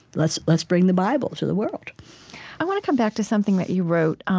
let's let's bring the bible to the world i want to come back to something that you wrote. um